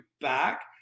back